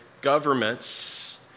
governments